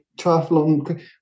triathlon